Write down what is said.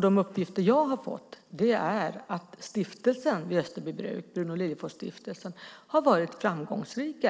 De uppgifter jag har fått är att stiftelsen vid Österbybruk, Bruno Liljefors-stiftelsen, har varit framgångsrik